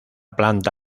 planta